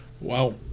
Wow